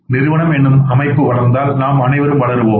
நிறுவனம் எனும் அமைப்பு வளர்ந்தால் நாம் அனைவரும் வளருவோம்